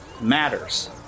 matters